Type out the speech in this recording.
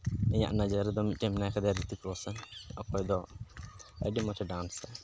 ᱤᱧᱟᱹᱜ ᱱᱚᱡᱚᱨ ᱨᱮᱫᱚ ᱢᱤᱫᱴᱮᱱ ᱢᱮᱱᱟᱭ ᱠᱟᱫᱮᱭᱟ ᱨᱤᱛᱛᱤᱠ ᱨᱳᱥᱚᱱ ᱚᱠᱚᱭ ᱫᱚ ᱟᱹᱰᱤ ᱢᱚᱡᱽ ᱮ ᱰᱟᱱᱥᱼᱟ